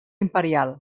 imperial